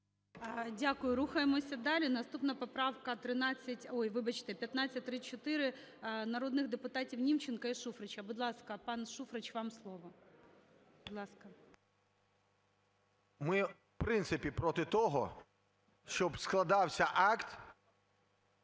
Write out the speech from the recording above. Дякую. Рухаємося далі. Наступна поправка 13… Ой, вибачте, 1534 народних депутатівНімченка і Шуфрича. Будь ласка, пан Шуфрич, вам слово. Будь ласка. 11:08:04 ШУФРИЧ Н.І. Ми в принципі проти того, щоб складався акт